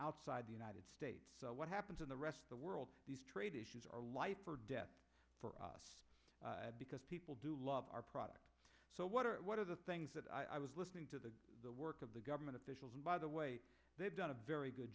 outside the united states so what happens in the rest of the world trade issues are life or death for us because people do love our products so what are what are the things that i was listening to the work of the government officials and by the way they've done a very good